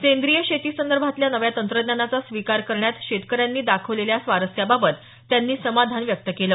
सेंद्रीय शेतीसंदर्भातल्या नव्या तंत्रज्ञानाचा स्वीकार करण्यात शेतकऱ्यांनी दाखवलेल्या स्वारस्याबाबत त्यांनी समाधान व्यक्त केलं